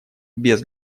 без